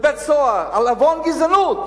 בבית-סוהר על עוון גזענות.